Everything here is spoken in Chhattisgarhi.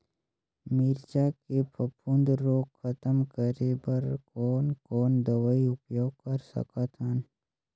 मिरचा के फफूंद रोग खतम करे बर कौन कौन दवई उपयोग कर सकत हन?